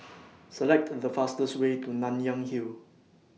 Select The fastest Way to Nanyang Hill